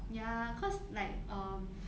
ya cause like um